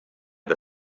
the